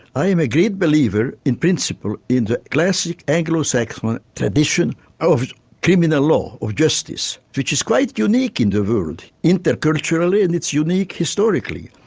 i am a great believer in principle, in the classic anglo saxon tradition of criminal law, or justice. which is unique in the world, interculturally and it's unique historically,